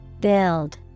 Build